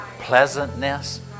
pleasantness